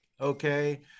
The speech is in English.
okay